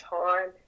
time